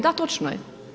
Da, točno je.